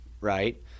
right